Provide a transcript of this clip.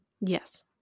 Yes